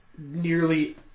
nearly